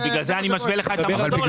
אבל הוא מכניס את זה